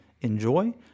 Enjoy